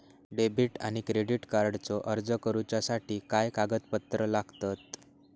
Debit आणि credit कार्डचो अर्ज करुच्यासाठी काय कागदपत्र लागतत?